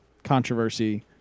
controversy